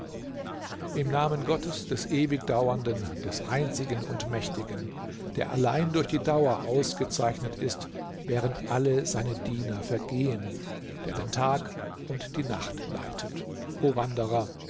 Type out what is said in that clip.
im namen gottes des ewigdauernden des einzigen und mächtigen der allein durch die dauer ausgezeichnet ist während alle seine diener vergehen der den tag und die nacht leitet o wanderer